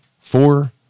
four